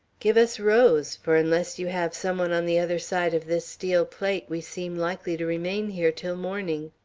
give us rose, for unless you have some one on the other side of this steel plate, we seem likely to remain here till morning.